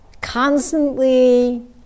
Constantly